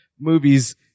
movies